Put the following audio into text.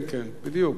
כן, בדיוק.